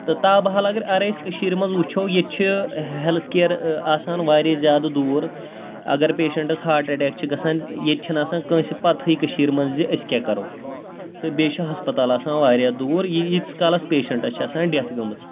تہٕ تاب حال اگر اَگر أسۍ کٔشیٖر منٛز وٕچھو ییٚتہِ چھِ ہٮ۪لٕتھ کِیَر آسان واریاہ زیادٕ دوٗر اگر پیشَنٹَس ہاٹ اَٹیک چھِ گژھان ییٚتہِ چھَنہٕ آسان کٲنٛسہِ پَتہٕے کٔشیٖرِ منٛز زِ أسۍ کیٛاہ کَرو تہٕ بیٚیہِ چھُ ہَسپَتال آسان واریاہ دوٗر یہِ ییٖتِس کالَس پیشَنٹَس چھِ آسان ڈٮ۪تھ گٔمٕژ